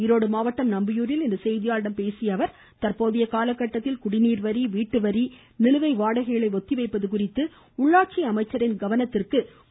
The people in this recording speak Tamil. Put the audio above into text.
ஈரோடு மாவட்டம் நம்பியூரில் இன்று செய்தியாளர்களிடம் பேசிய அவர் தற்போதைய கால கட்டத்தில் குடிநீர் வரி வீட்டு வரி நிலுவை வாடகைகளை ஒத்திவைப்பது குறித்து உள்ளாட்சி அமைச்சரின் கவனத்திற்கு கொண்டு செல்லப்படும் என்றார்